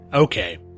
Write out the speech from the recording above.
Okay